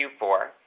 Q4